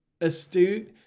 astute